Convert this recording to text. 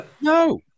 no